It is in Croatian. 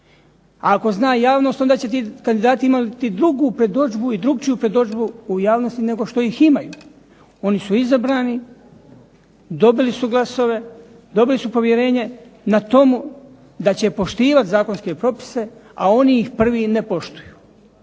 ako zna javnost onda će ti kandidati imati drugu predodžbu i drukčiju predodžbu u javnosti nego što ih imaju. Oni su izabrani, dobili su glasove, dobili su povjerenje na tomu da će poštivati zakonske propise, a oni ih prvi ne poštuju